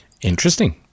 Interesting